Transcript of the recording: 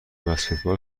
بسکتبال